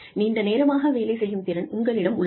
நீண்ட நேரமாக வேலை செய்யும் திறன் உங்களிடம் உள்ளது